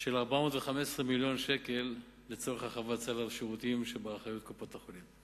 של 415 מיליון שקל לצורך הרחבת סל השירותים שבאחריות קופות-החולים.